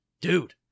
dude